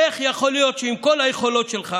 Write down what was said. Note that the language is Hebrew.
איך יכול להיות שעם כל היכולות שלך